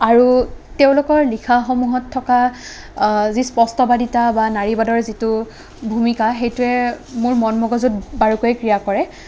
আৰু তেওঁলোকৰ লিখামূহত থকা যি স্পষ্টবাদিতা বা নাৰীবাদৰ যিটো ভূমিকা সেইটোৱে মোৰ মন মগজুত বাৰুকৈয়ে ক্ৰিয়া কৰে